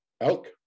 Elk